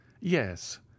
Yes